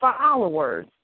followers